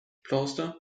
plaster